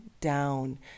down